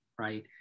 right